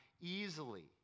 easily